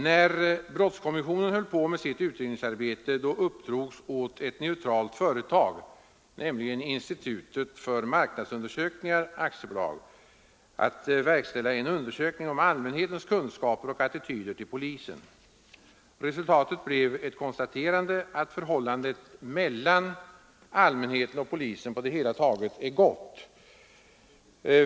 När brottskommissionen höll på med sitt utredningsarbete uppdrogs åt ett neutralt företag — Insitutet för marknadsundersökningar AB =— att verkställa en undersökning om allmänhetens kunskaper och attityder till polisen. Resultatet blev ett konstaterande, att förhållandet mellan allmänheten och polisen på det hela taget är gott.